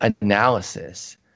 analysis